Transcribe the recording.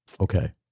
Okay